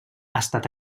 estat